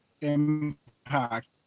impact